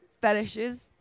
fetishes